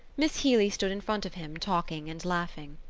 miss healy stood in front of him, talking and laughing.